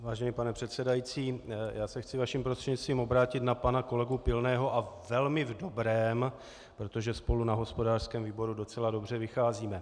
Vážený pane předsedající, já se chci vaším prostřednictvím obrátit na pana kolegu Pilného a velmi v dobrém, protože spolu na hospodářském výboru docela dobře vycházíme.